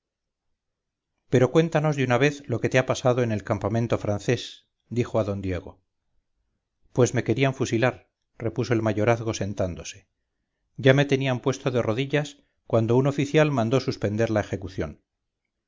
pero cuéntanos de una vez lo que te ha pasado en el campamento francés dijo a d diego pues me querían fusilar repuso el mayorazgo sentándose ya me tenían puesto de rodillas cuando un oficial mandó suspender la ejecución